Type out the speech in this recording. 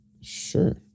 Sure